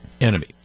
enemy